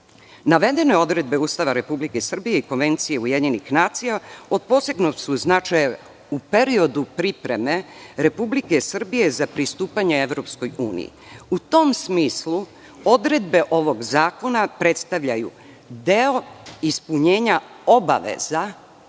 „Navedene odredbe Ustava Republike Srbije i Konvencije UN od posebnog su značaja u periodu pripreme Republike Srbije za pristupanje EU. U tom smislu odredbe ovog zakona predstavljaju deo ispunjenja obaveza